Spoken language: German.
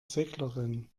seglerin